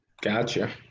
Gotcha